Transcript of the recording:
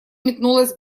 метнулась